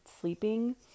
sleeping